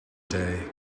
day